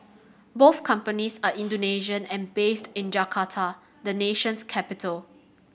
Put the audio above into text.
both companies are Indonesian and based in Jakarta the nation's capital